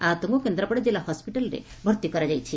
ଆହତଙ୍କୁ କେନ୍ଦ୍ରାପଡା ଜିଲ୍ଲା ହସ୍ପିଟାଲରେ ଭର୍ତ୍ତି କରାଯାଇଛି